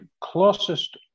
closest